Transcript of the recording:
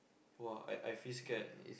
!wah! I I feel scared